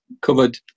covered